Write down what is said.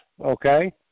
okay